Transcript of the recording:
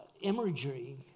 imagery